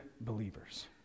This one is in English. believers